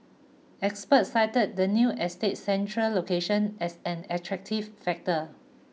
experts cited the new estate's central location as an attractive factor